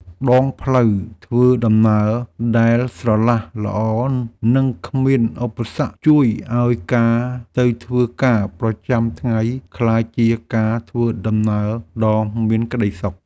ដងផ្លូវធ្វើដំណើរដែលស្រឡះល្អនិងគ្មានឧបសគ្គជួយឱ្យការទៅធ្វើការប្រចាំថ្ងៃក្លាយជាការធ្វើដំណើរដ៏មានក្តីសុខ។